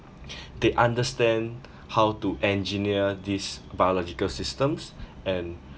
they understand how to engineer this biological systems and